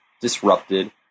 Disrupted